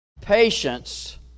Patience